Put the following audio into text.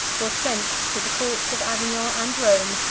was sent to the courts of avignon and rome,